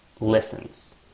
listens